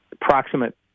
proximate